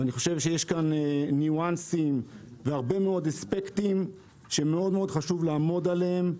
אני חושב שיש כאן ניו-אנסים בהרבה מאוד אספקטים שחשוב מאוד לעמוד עליהם.